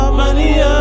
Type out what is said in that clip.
money